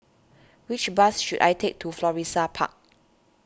which bus should I take to Florissa Park